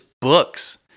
books